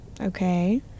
okay